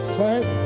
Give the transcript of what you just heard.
thank